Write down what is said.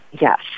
Yes